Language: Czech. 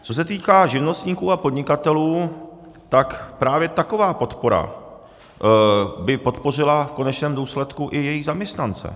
Co se týká živnostníků a podnikatelů, tak právě taková podpora by podpořila v konečném důsledku i jejich zaměstnance.